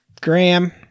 Graham